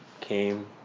came